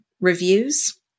reviews